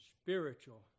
spiritual